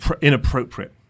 inappropriate